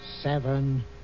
seven